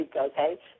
Okay